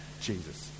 Jesus